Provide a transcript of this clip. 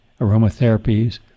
aromatherapies